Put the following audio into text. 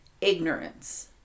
ignorance